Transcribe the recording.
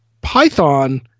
Python